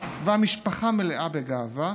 והמשפחה מלאה בגאווה,